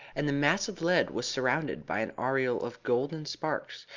and the mass of lead was surrounded by an aureole of golden sparks,